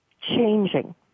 changing